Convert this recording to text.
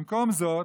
במקום זאת,